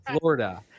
Florida